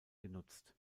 genutzt